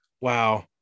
Wow